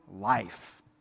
life